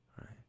right